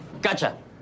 gotcha